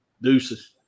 Deuces